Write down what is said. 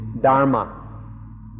dharma